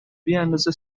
بیاندازه